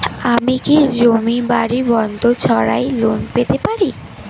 আমি কি জমি বাড়ি বন্ধক ছাড়াই লোন পেতে পারি?